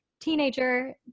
teenager